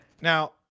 Now